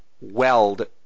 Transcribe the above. weld